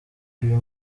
uyu